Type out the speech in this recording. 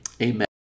Amen